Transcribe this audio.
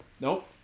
Nope